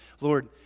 Lord